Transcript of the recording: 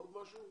עוד משהו?